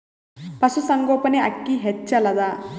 ಪಶುಸಂಗೋಪನೆ ಅಕ್ಕಿ ಹೆಚ್ಚೆಲದಾ?